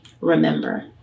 Remember